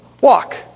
walk